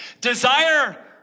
desire